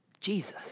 Jesus